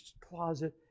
closet